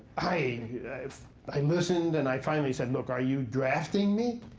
i i listened and i finally said, look, are you drafting me?